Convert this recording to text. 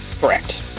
Correct